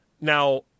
Now